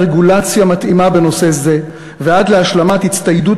רגולציה מתאימה בנושא זה ועד להשלמת הצטיידות